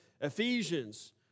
Ephesians